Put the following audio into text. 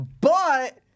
But-